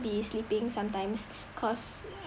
be sleeping sometimes cause